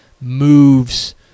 moves